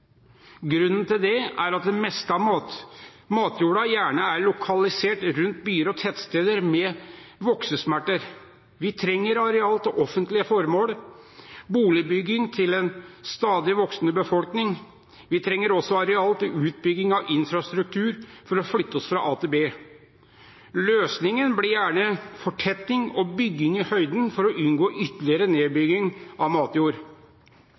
Grunnen til det er at det meste av matjorda gjerne er lokalisert rundt byer og tettsteder med voksesmerter. Vi trenger areal til offentlige formål og til boligbygging til en stadig voksende befolkning. Vi trenger også areal til utbygging av infrastruktur for å flytte oss fra A til B. Løsningen blir gjerne fortetting og bygging i høyden for å unngå ytterligere nedbygging av matjord.